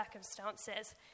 circumstances